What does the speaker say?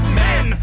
men